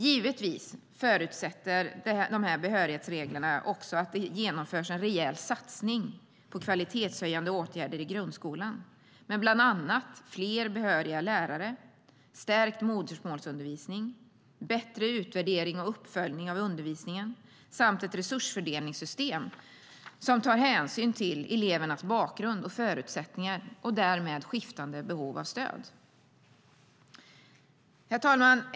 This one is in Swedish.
Givetvis förutsätter dessa behörighetsregler också att det genomförs en rejäl satsning på kvalitetshöjande åtgärder i grundskolan med bland annat fler behöriga lärare, stärkt modersmålsundervisning, bättre utvärdering och uppföljning av undervisningen samt ett resursfördelningssystem som tar hänsyn till elevernas bakgrund och förutsättningar och därmed skiftande behov av stöd. Herr talman!